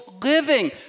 living